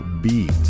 Beat